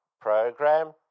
program